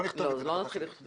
לא, לא נתחיל להיכנס לזה בחוק.